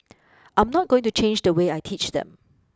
I'm not going to change the way I teach them